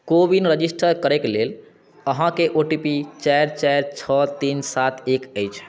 को विन रजिस्टर करैक लेल अहाँके ओ टी पी चारि चारि छओ तीन सात एक अछि